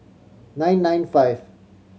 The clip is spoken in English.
nine nine five